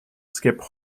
skip